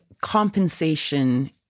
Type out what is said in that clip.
compensation